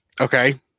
Okay